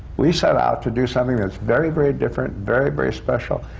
we set out to do something that's very, very different, very, very special.